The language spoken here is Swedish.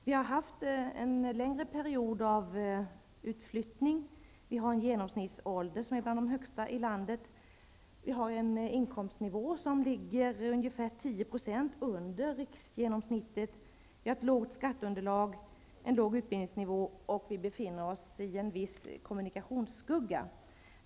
Vi har haft en längre period av utflyttning. Vi har en genomsnittsålder som är bland de högsta i landet. Vi har en inkomstnivå som ligger ungefär 10 % under riksgenomsnittet. Vi har ett lågt skatteunderlag, en låg utbildningsnivå och vi befinner oss i en viss kommunikationsskugga.